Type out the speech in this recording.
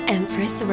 Empress